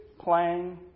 playing